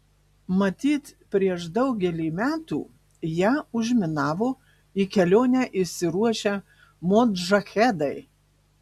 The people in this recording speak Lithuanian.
matyt prieš daugelį metų ją užminavo į kelionę išsiruošę modžahedai